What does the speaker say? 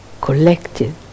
collected